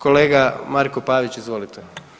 Kolega Marko Pavić, izvolite.